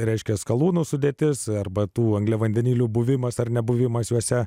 reiškia skalūnų sudėtis arba tų angliavandenilių buvimas ar nebuvimas juose